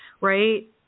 right